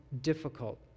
difficult